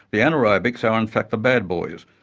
the anaerobics are in fact the bad boys,